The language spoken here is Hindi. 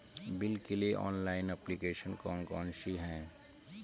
बिल के लिए ऑनलाइन एप्लीकेशन कौन कौन सी हैं?